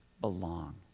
belong